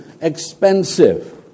expensive